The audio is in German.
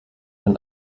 den